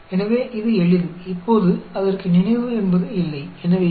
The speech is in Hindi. अब इसमें स्मृति का अभाव है